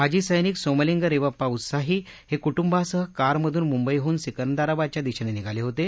माजी सैनिक सोमलिंग रेवप्पा उत्साही हे कुटुंबासह कारमधून मुंबईहून सिकंदराबादच्या दिशेने निघाले होतं